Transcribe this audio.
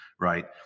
right